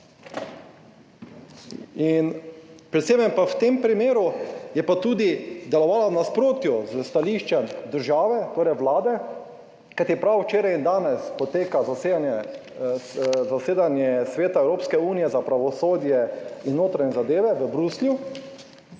in predvsem je pa, v tem primeru je pa tudi delovala v nasprotju s stališčem države, torej Vlade, kajti prav včeraj in danes poteka zasedanje, zasedanje Sveta Evropske unije za pravosodje in notranje zadeve v Bruslju,